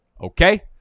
Okay